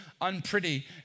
unpretty